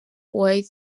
weight